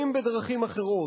ואם בדרכים אחרות.